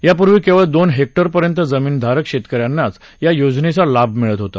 यापूर्वी केवळ दोन हेक्टर पर्यंत जमीन धारक शेतकऱ्यांनाच या योजनेचा लाभ मिळत होता